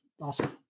Awesome